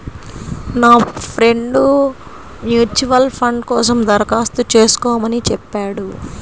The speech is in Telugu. నా ఫ్రెండు మ్యూచువల్ ఫండ్ కోసం దరఖాస్తు చేస్కోమని చెప్పాడు